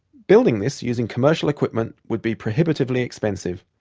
building this using commercial equipment would be prohibitively expensive,